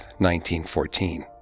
1914